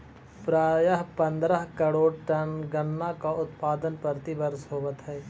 प्रायः पंद्रह करोड़ टन गन्ना का उत्पादन प्रतिवर्ष होवत है